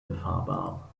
befahrbar